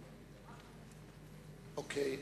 אוקיי.